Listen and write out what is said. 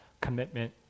commitment